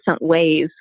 ways